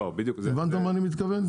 הבנתי מה אני מתכוון?